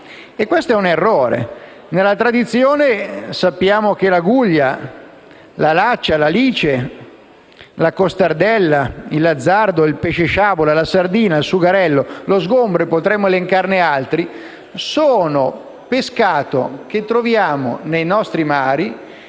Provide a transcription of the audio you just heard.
Questo è un errore. Nella tradizione sappiamo che l'aguglia, la leccia, l'alice, la costardella, il lanzardo, il pesce sciabola, la sardina, il sugarello e lo sgombro (potremmo elencarne altri) sono pescati nei nostri mari